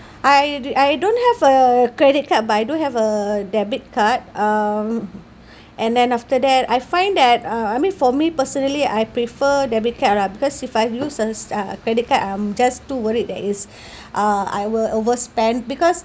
I d~ I don't have a credit card but I do have a debit card um and then after that I find that uh I mean for me personally I prefer debit card lah because if I use uh credit card I'm just too worried that it's uh I will overspend because